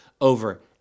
over